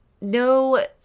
no